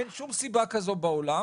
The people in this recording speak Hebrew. אין שום סיבה כזו בעולם,